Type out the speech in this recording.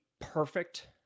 perfect